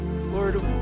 Lord